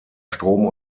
strom